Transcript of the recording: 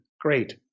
Great